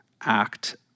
act